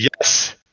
yes